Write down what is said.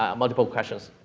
um multiple questions,